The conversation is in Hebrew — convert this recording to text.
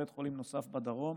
בית חולים נוסף בדרום,